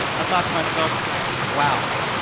thought to myself wow,